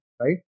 right